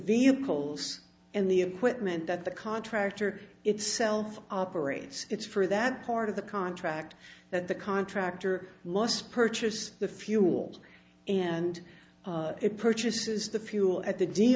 vehicles and the equipment that the contractor itself operates its for that part of the contract that the contractor must purchase the fuel and it purchases the fuel